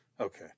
Okay